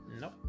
Nope